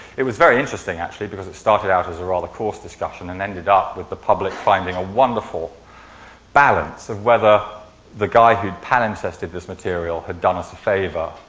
it was very interesting actually because it started out as a rather corse discussion and ended up with the public finding a wonderful balance of whether the guy who had palimpsested this material had done us a favor,